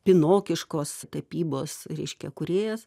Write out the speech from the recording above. pinokiškos tapybos reiškia kūrėjas